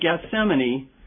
Gethsemane